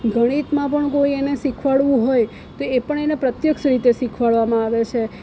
ગણિતમાં પણ કોઈ એને શિખવાડવું હોય તો એ પણ એને પ્રત્યક્ષ રીતે શિખવાડવામાં આવે છે